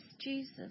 Jesus